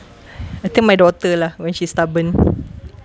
I think my daughter lah when she stubborn